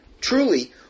truly